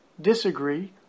disagree